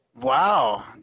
Wow